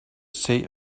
say